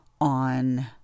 on